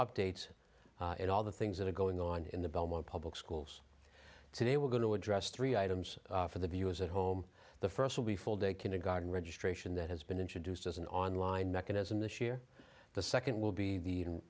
updates at all the things that are going on in the belmont public schools today we're going to address three items for the viewers at home the first will be full day kindergarten registration that has been introduced as an online mechanism this year the second will be the